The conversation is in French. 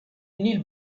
nil